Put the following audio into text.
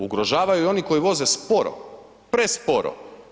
Ugrožavaju i oni koji voze sporo, presporo.